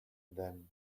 then